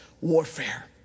warfare